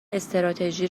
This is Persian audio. استراتژی